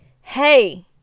hey